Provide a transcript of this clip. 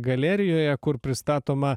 galerijoje kur pristatoma